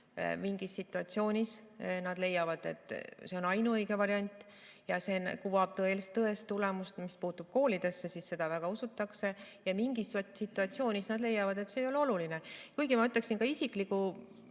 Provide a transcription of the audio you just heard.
Mingis situatsioonis nad leiavad, et see on ainuõige variant ja see kuvab tõese tulemuse – koolide puhul seda väga usutakse –, ja mingis situatsioonis nad leiavad, et see ei ole oluline. Kuigi ma ütleksin oma isikliku